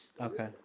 Okay